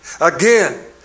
Again